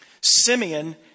Simeon